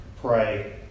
pray